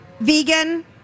Vegan